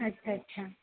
আচ্ছা আচ্ছা